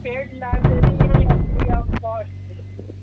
paid library ہے یا پھر فری آف کاسٹ